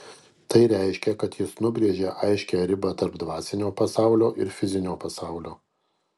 tai reiškia kad jis nubrėžia aiškią ribą tarp dvasinio pasaulio ir fizinio pasaulio